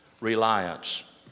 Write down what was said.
reliance